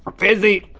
fizzy,